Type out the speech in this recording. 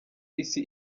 isi